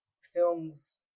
films